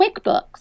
QuickBooks